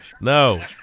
No